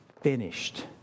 finished